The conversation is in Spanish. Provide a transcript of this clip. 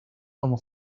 como